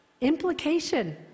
Implication